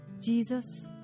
Jesus